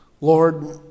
Lord